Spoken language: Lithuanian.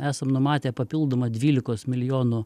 esam numatę papildomą dvylikos milijonų